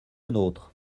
nôtre